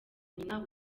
nyina